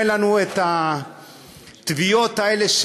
אין לנו התביעות האלה,